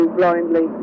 blindly